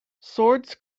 swords